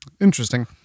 Interesting